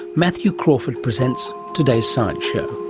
matthew crawford presents today's science show.